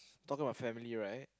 talking about family right